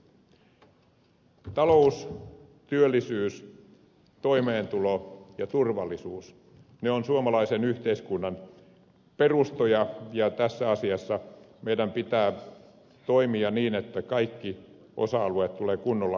talous työllisyys toimeentulo ja turvallisuus ovat suomalaisen yhteiskunnan perustoja ja tässä asiassa meidän pitää toimia niin että kaikki osa alueet tulevat kunnolla hoidettua